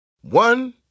One